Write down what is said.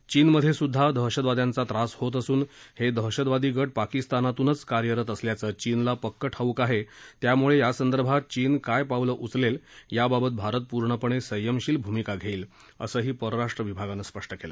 चीनमध्ये सुद्धा दहशतवाद्यांचा त्रास होत असून हे दहशतवादी गट पाकिस्तानातूनच कार्यरत असल्याचं चीनला पक्क ठाऊक आहे त्यामुळे यासंदर्भात चीन काय पावलं उचलेल याबाबत भारत पूर्णपणे संयमशील भूमिका घेईल असंही परराष्ट्रविभागानं स्पष्ट केलं